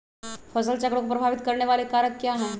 फसल चक्र को प्रभावित करने वाले कारक क्या है?